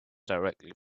directly